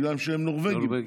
בגלל שהם נורבגים,